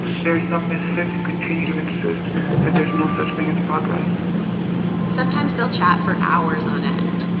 there are some misfits who continue to insist that there's no such thing as progress sometimes they'll chat for hours on end.